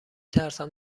ترسم